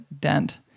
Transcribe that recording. dent